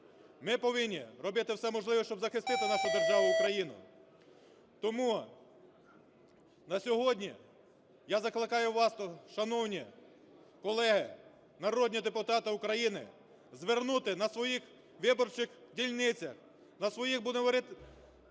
Ми повинні робити все можливе, щоб захистити нашу державу Україну. Тому на сьогодні я закликаю вас, шановні колеги народні депутати України, звернути на своїх виборчих дільницях, на своїх, будемо